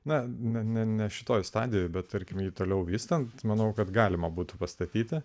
na ne ne ne šitoje stadijoje bet tarkim jei toliau vystant manau kad galima būtų pastatyta